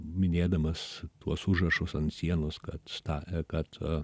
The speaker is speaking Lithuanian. minėdamas tuos užrašus ant sienos kad tą kad